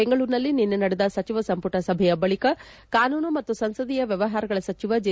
ಬೆಂಗಳೂರಿನಲ್ಲಿ ನಿನ್ನೆ ನಡೆದ ಸಚಿವ ಸಂಪುಟ ಸಭೆಯ ಬಳಿಕ ಕಾನೂನು ಮತ್ತು ಸಂಸದೀಯ ವ್ಲವಹಾರಗಳ ಸಚಿವ ಜೆ